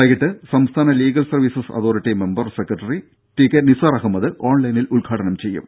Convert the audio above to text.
വൈകീട്ട് സംസ്ഥാന legal services authority member secretary T K Nisar Ahmed ഓൺലൈനിൽ ഉദ്ഘാടനം ചെയ്യും